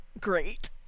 Great